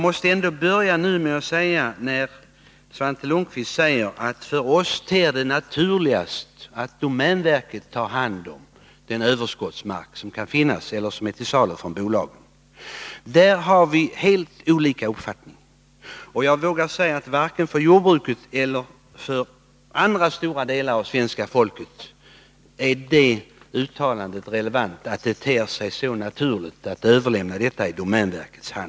Men när Svante Lundkvist säger att det för regeringen ter sig naturligast att domänverket tar hand om den överskottsmark som är till salu från bolagen, då måste jag slå fast att vi där har helt olika uppfattningar. Jag vågar säga att uttalandet att det ter sig naturligt att överlämna detta till domänverket inte är relevant vare sig för jordbrukarna eller för andra grupper av svenska folket.